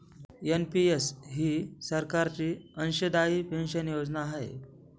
NPS ही सरकारची अंशदायी पेन्शन योजना आहे